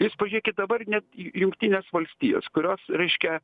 jūs pažiūrėkit dabar net j jungtinės valstijos kurios reiškia